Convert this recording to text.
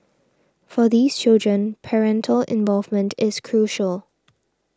for these children parental involvement is crucial